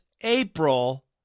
April